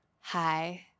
Hi